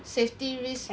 safety risks